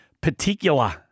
particular